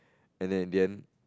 and then in the end